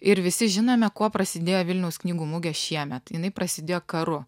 ir visi žinome kuo prasidėjo vilniaus knygų mugė šiemet jinai prasidėjo karu